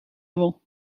avant